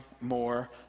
more